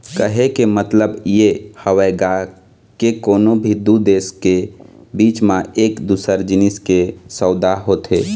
कहे के मतलब ये हवय गा के कोनो भी दू देश के बीच म एक दूसर के जिनिस के सउदा होथे